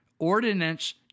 Ordinance